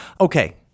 Okay